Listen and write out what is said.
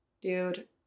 Dude